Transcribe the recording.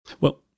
Well-